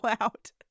out